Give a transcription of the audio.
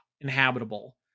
inhabitable